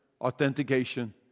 authentication